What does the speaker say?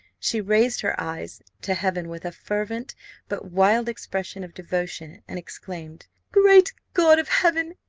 she raised her eyes to heaven with a fervent but wild expression of devotion, and exclaimed, great god of heaven,